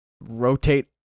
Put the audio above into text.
rotate